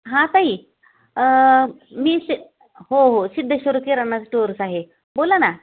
हा ताई मी शि हो हो सिद्धेश्वर किराणा स्टोर्स आहे बोला ना